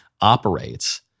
operates